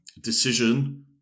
decision